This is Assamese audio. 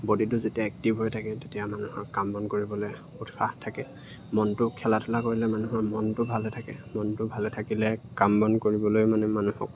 বডিটো যেতিয়া এক্টিভ হৈ থাকে তেতিয়া মানুহক কাম বন কৰিবলে উৎসাহ থাকে মনটো খেলা ধূলা কৰিলে মানুহৰ মনটো ভালে থাকে মনটো ভালে থাকিলে কাম বন কৰিবলৈ মানে মানুহক